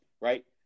right